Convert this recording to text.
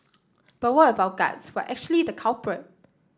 but what if our guts were actually the culprit